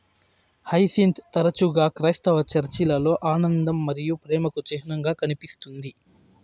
hyacinth తరచుగా క్రైస్తవ చర్చిలలో ఆనందం మరియు ప్రేమకు చిహ్నంగా కనిపిస్తుంది